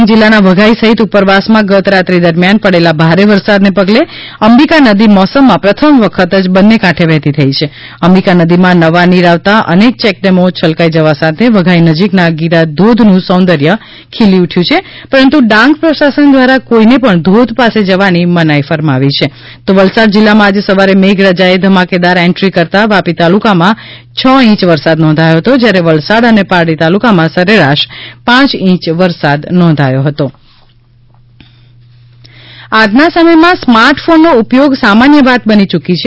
ડાંગ જિલ્લાના વઘઇ સહિત ઉપરવાસમાં ગત રાત્રી દરમિયાન પડેલા ભારે વરસાદને પગલે અંબિકા નદી મૌસમમાં પ્રથમ વખત જ બન્ને કાંઠે વહેતી થઈ હો અંબિકાનદીમાં નવા નીર આવતા અનેક ચેકડેમો છલકાઈ જવા સાથે વઘઇ નજીક ના ગીરાધોધ નું સૌંદર્ય ખીલી ઉઠ્યું છે પરંતુ ડાંગ પ્રશાસન દ્વારા કોઈને પણ ધોધ પાસે જવાની મનાઈ ફરમાવવામાં આવી છે વલસાડ જિલ્લામા આજે સવારે મેઘરાજાએ ધમાકેદાર એન્ટ્રી કરતા વાપી તાલુકામાં છ ઇંચ વરસાદ નોંધાયો હતો જયારે વલસાડ અને પારડી તાલુકામાં સરેરાશ પાંચ ઇંચ વરસાદ નોંધાયો હતો ટ્રાઇ ની સ્માર્ટફોન એપ્લીકેશન્સ આજના સમયમાં સ્માર્ટ ફોનનો ઉપયોગ સામાન્ય વાત બની ચુકી છે